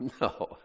no